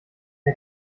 der